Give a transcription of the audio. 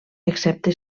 excepte